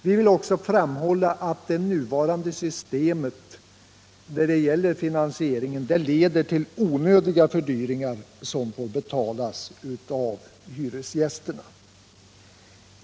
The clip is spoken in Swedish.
Vi vill också framhålla att det nuvarande systemet när det gäller finansieringen leder till onödiga fördyringar som får betalas av hyresgästerna.